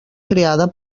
creada